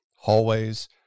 Hallways